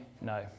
no